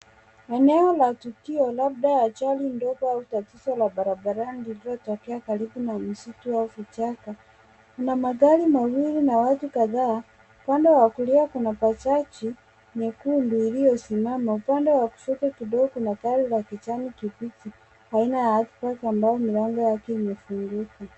Eneo la tukio labda ajali ndogo au tatizo la barabarani lililotokea karibu na msitu au kichaka. Kuna magari mawili na watu kadhaa. Kando ya kulia kuna bajaji nyekundu iliyosimama. Upande wa kushoto kidogo kuna gari la kijani kibichi ambayo mlango wake umefunguka.